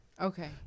okay